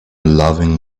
loving